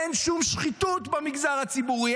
אין שום שחיתות במגזר הציבורי,